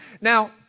Now